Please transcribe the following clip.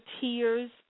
tears